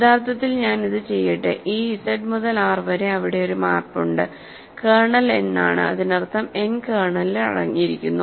യഥാർത്ഥത്തിൽ ഞാൻ ഇത് ചെയ്യട്ടെ ഈ Z മുതൽ R വരെ അവിടെ ഒരു മാപ്പ് ഉണ്ട് കേർണൽ n ആണ് അതിനർത്ഥം n കേർണലിൽ അടങ്ങിയിരിക്കുന്നു